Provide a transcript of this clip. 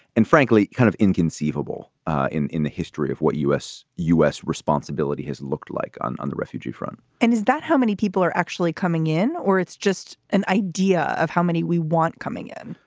and frankly, kind of inconceivable in in the history of what u s, u s. responsibility has looked like on on the refugee front and is that how many people are actually coming in or it's just an idea of how many we want coming in?